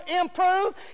improve